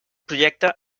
projecte